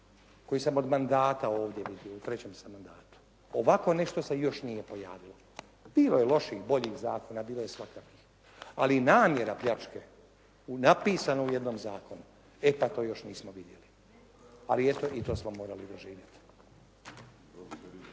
koji sam od mandata ovdje vidio. U trećem sam mandatu. Ovako nešto se još nije pojavilo. Bilo je loših, boljih zakona. Bilo je svakakvih. Ali namjera pljačke napisana u jednom zakonu e pa to još nismo vidjeli. Ali eto i to smo morali doživjeti.